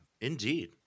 Indeed